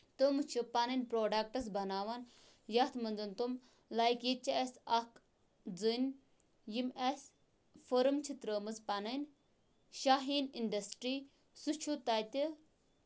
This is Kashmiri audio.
تم چھِ پَنٕنۍ پروڈَکٹٕس بَناوان یَتھ منٛز تم لایَک ییٚتہِ چھِ اَسہِ اکھ زٔنۍ یِم اَسہِ فٔرٕم چھِ ترٲمٕژ پَنٕنۍ شاہیٖن اِنڈَسٹری سُہ چھُ تَتہِ